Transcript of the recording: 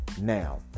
Now